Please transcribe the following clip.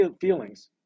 feelings